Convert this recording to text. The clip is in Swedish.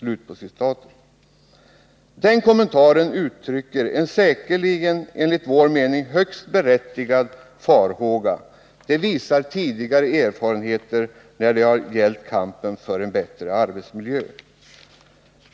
Den kommentaren uttrycker en säkerligen enligt vår mening högst berättigad farhåga — det visar tidigare erfarenheter när det har gällt kampen för en bättre arbetsmiljö.